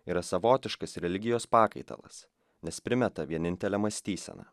yra savotiškas religijos pakaitalas nes primeta vienintelę mąstyseną